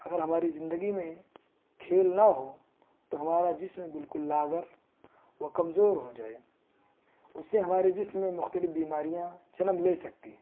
اگر ہماری زندگی میں کھیل نہ ہو تو ہمارا جسم بالکل لاغر وکمزور ہو جائے اس سے ہمارے جسم میں مختلف بیماریاں جنم لے سکتی ہے